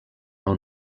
own